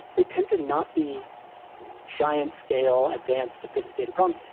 they tend to not be giant scale, advanced, sophisticated problems.